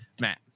Matt